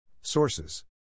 Sources